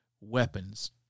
weapons